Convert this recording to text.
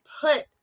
put